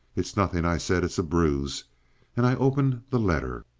it's nothing, i said. it's a bruise and i opened the letter.